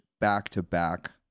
back-to-back